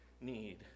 need